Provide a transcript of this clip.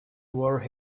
were